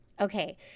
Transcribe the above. Okay